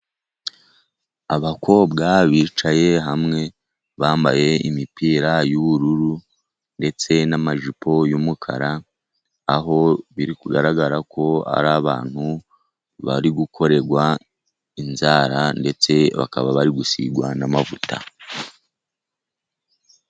Abakobwa bicaye hamwe, bambaye imipira y'ubururu ndetse n'amajipo y'umukara, aho biri kugaragara ko ari abantu bari gukorerwa inzara, ndetse bakaba bari gusigwa n'amavuta.